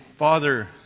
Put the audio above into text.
Father